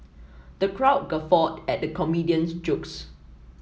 the crowd guffawed at the comedian's jokes